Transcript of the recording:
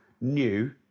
new